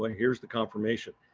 like here's the confirmation.